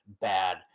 bad